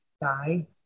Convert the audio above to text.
die